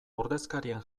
ordezkarien